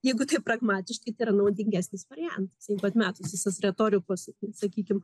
jeigu taip pragmatiškai tai yra naudingesnis variantas jeigu atmetus visas retorikos sakykim